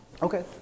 Okay